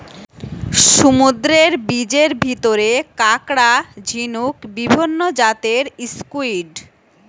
সমুদ্রের জীবের ভিতরে কাকড়া, ঝিনুক, বিভিন্ন জাতের স্কুইড,